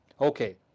Okay